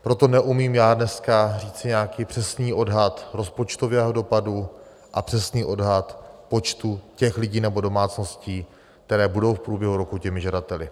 Proto neumím dneska říci nějaký přesný odhad rozpočtového dopadu a přesný odhad počtu těch lidí nebo domácností, které budou v průběhu roku žadateli.